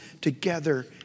together